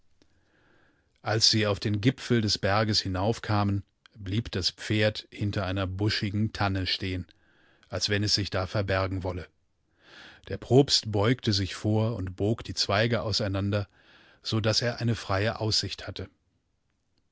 als sie auf den gipfel des berges hinaufkamen blieb das pferd hinter einer buschigen tanne stehen als wenn es sich da verbergen wolle der propst beugtesichvorundbogdiezweigeauseinander sodaßereinefreieaussicht hatte derkahle flachegipfeldesbergeslagvorihmausgebreitet abereswardort nicht öde und leer so wie er es sich gedacht hatte